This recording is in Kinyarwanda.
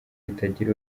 ritagira